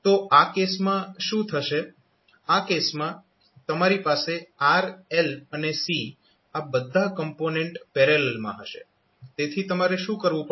તો આ કેસમાં શું થશે આ કેસમાં તમારી પાસે R L અને C આ બધા કોમ્પોનેન્ટ પેરેલલમાં હશે તેથી તમારે શું કરવું પડે